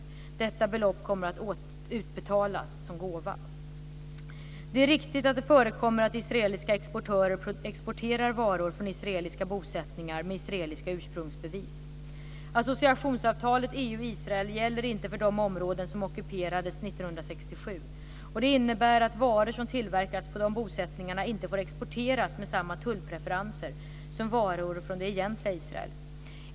Detta belopp kommer att utbetalas som gåva. Det är riktigt att det förekommer att israeliska exportörer exporterar varor från israeliska bosättningar med israeliska ursprungsbevis. Associationsavtalet EU-Israel gäller inte för de områden som ockuperades 1967, och detta innebär att varor som tillverkats på bosättningarna inte får exporteras med samma tullpreferenser som varor från "egentliga" Israel.